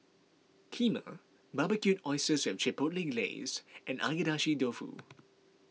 Kheema Barbecued Oysters with Chipotle Glaze and Agedashi Dofu